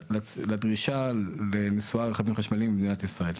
לדרישה לנסועה רכבים חשמלים במדינת ישראל.